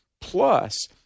plus